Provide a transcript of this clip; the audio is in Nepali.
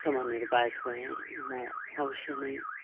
सामानहरू पाएँ छु भने म अवश्य नै